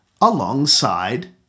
alongside